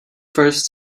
first